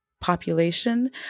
population